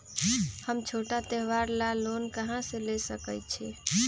हम छोटा त्योहार ला लोन कहां से ले सकई छी?